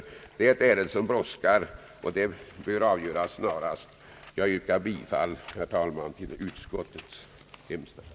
Det är ett ärende som brådskar, och det bör avgöras snarast. Jag yrkar bifall, herr talman, till utskottets hemställan.